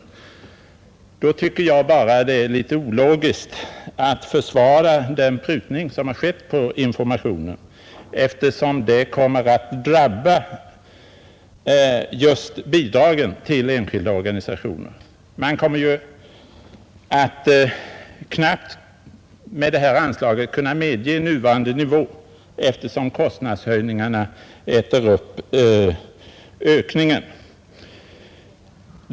I så fall tycker jag bara att det är litet ologiskt att försvara den prutning av SIDA:s äskanden som har skett beträffande informationen, eftersom den kommer att drabba bidragen just till enskilda organisationer. Man kommer ju med det anslaget knappt att kunna upprätthålla nuvarande nivå, eftersom kostnadshöjningarna äter upp ökningen.